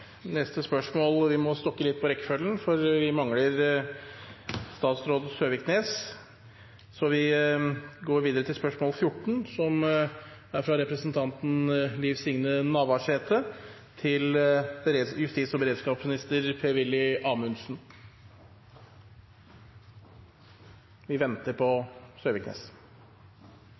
neste spørsmål må vi stokke om litt på rekkefølgen fordi vi mangler statsråd Søviknes. Så vi går videre til spørsmål 14 fra representanten Liv Signe Navarsete til justis- og beredskapsminister Per-Willy Amundsen. Vi venter på Søviknes.